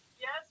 Yes